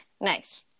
Nice